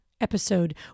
episode